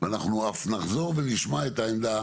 ואנחנו אף נחזור ונשמע את העמדה